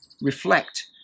reflect